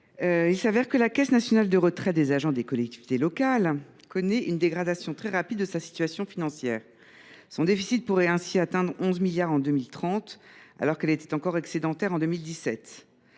n° 206 rectifié. La Caisse nationale de retraites des agents des collectivités locales connaît une dégradation très rapide de sa situation financière : son déficit pourrait ainsi atteindre 11 milliards d’euros en 2030, alors qu’elle était encore excédentaire en 2017.